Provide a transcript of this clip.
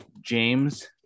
James